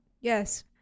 yes